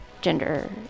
gender